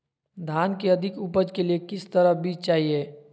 धान की अधिक उपज के लिए किस तरह बीज चाहिए?